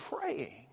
praying